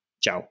Ciao